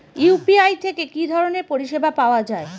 UPI থেকে কি ধরণের পরিষেবা পাওয়া য়ায়?